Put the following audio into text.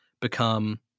become